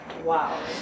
Wow